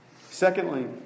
Secondly